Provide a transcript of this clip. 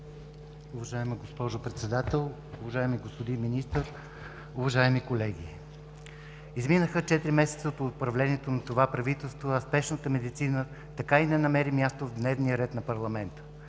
Уважаема госпожо Председател, уважаеми господин Министър, уважаеми колеги! Изминаха четири месеца от управлението на това правителство, а спешната медицина така и не намери място в дневния ред на парламента.